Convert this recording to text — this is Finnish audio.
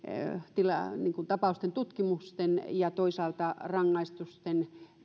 tapausten tutkimusten ja toisaalta rangaistusten